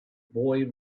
boy